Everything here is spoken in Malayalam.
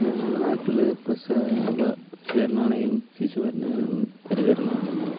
ഞങ്ങളുടെ നാട്ടില് പ്രസവ പരിചരണമാണെങ്കിലും ശിശു പരിചണ പരിചരണമാണെങ്കിലും